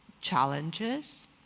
challenges